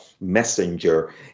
messenger